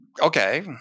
okay